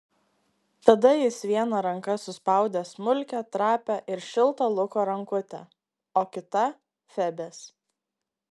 tada jis viena ranka suspaudė smulkią trapią ir šiltą luko rankutę o kita febės